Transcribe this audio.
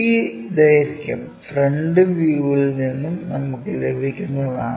ഈ ദൈർഘ്യം ഫ്രന്റ് വ്യൂവിൽ നിന്നും നമുക്കു ലഭിക്കുന്നതാണ്